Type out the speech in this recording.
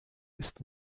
ist